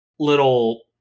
little